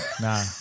Nah